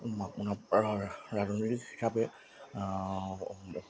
আপোনাৰ ৰাজনৈতিক হিচাপে